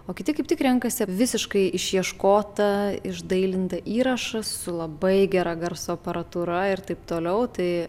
o kiti kaip tik renkasi visiškai išieškotą išdailintą įrašą su labai gera garso aparatūra ir taip toliau tai